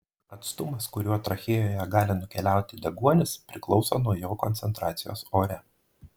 atstumas kuriuo trachėjoje gali nukeliauti deguonis priklauso nuo jo koncentracijos ore